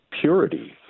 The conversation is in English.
purity